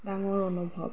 ডাঙৰ অনুভৱ